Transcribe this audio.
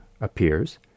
appears